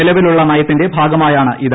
നിലവിലുള്ള നയത്തിന്റെ ഭാഗമായാണ് ഇത്